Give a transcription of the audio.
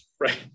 Right